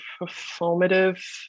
performative